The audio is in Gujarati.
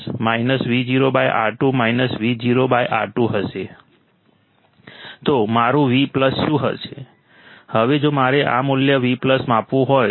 તો મારું V શું છે હવે જો મારે આ મૂલ્ય V માપવું હોય તો